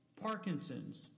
Parkinson's